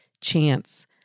chance